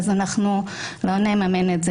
אז אנחנו לא נממן את זה